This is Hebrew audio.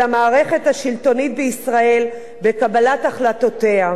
המערכת השלטונית בישראל ובקבלת החלטותיה,